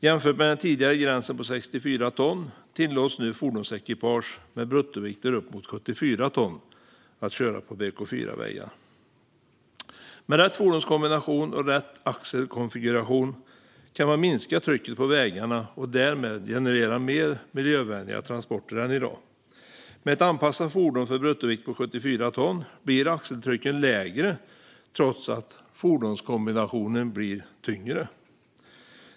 Jämfört med den tidigare gränsen på 64 ton tillåts nu fordonsekipage med bruttovikter uppemot 74 ton att köra på BK4-vägar. Med rätt fordonskombination och rätt axelkonfiguration kan man minska trycket på vägarna och därmed generera mer miljövänliga transporter än i dag. Med ett anpassat fordon för bruttovikt på 74 ton blir axeltrycken lägre, trots att fordonskombinationen blir tyngre.